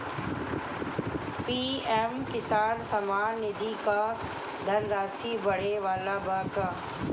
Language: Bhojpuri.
पी.एम किसान सम्मान निधि क धनराशि बढ़े वाला बा का?